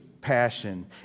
passion